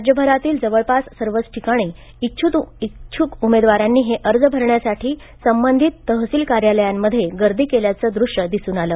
राज्यभरातील जवळपास सर्वच ठिकाणी इच्छुक उमेदवारांनी हे अर्ज भरण्यासाठी संबंधित तहसील कार्यालयांमध्ये गर्दी केल्याचं दृश्य दिसून आलं